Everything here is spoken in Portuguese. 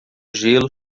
gelo